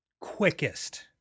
quickest